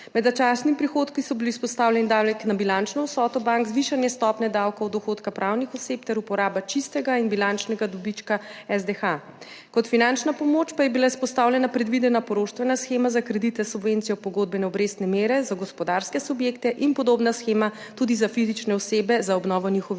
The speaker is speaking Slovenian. Med začasnimi prihodki so bili izpostavljeni davek na bilančno vsoto bank, zvišanje stopnje davka od dohodka pravnih oseb ter uporaba čistega in bilančnega dobička SDH. Kot finančna pomoč pa je bila izpostavljena predvidena poroštvena shema za kredite s subvencijo pogodbene obrestne mere za gospodarske subjekte in podobna shema tudi za fizične osebe za obnovo njihovih